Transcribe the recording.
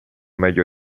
meglio